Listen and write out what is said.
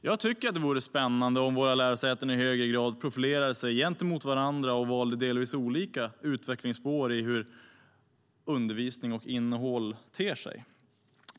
Jag tycker att det vore spännande om våra lärosäten i högre grad profilerade sig gentemot varandra och valde delvis olika utvecklingsspår i hur undervisning och innehåll ter sig.